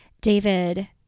david